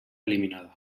eliminada